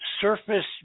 surface